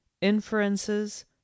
inferences